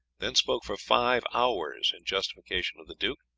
then spoke for five hours in justification of the duke,